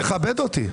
תכבד אותי.